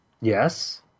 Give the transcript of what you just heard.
yes